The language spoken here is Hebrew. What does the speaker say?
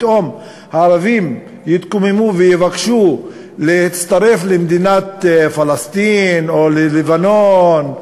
פתאום הערבים יתקוממו ויבקשו להצטרף למדינת פלסטין או ללבנון?